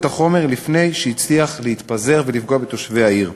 החומר לפני שהוא הצליח להתפזר ולפגוע בתושבי העיר.